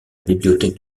bibliothèque